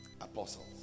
apostles